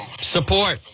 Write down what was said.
support